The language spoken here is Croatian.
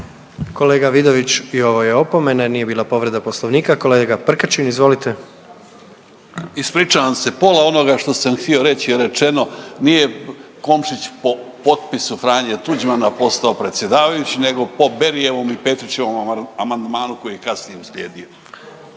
Kolega Vidović i ovo je opomena jer nije bila povreda Poslovnika. Kolega Prkačin izvolite. **Prkačin, Ante (HRB)** Ispričavam se, pola onoga što sam htio reći je rečeno. Nije Komšić po potpisu Franje Tuđmana postao predsjedavajući nego po Berijevom i Petrićevom amandmanu koji je kasnije uslijedio.